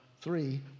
three